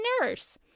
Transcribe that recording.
nurse